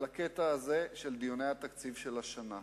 על הקטע הזה של דיוני התקציב של השנה.